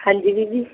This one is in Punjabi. ਹਾਂਜੀ ਵੀਰ ਜੀ